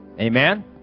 Amen